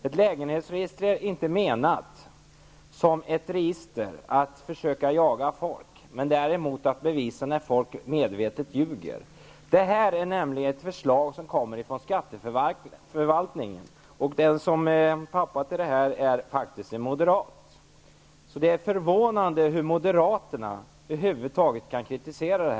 Ett lägenhetsregister är inte menat som ett register att försöka jaga folk med. Det är däremot till för att bevisa att människor medvetet ljuger. Detta är ett förslag som kommer från skatteförvaltningen. Den som är pappa till förslaget är faktiskt en moderat. Det är därför förvånande att moderaterna över huvud taget kan kritisera det.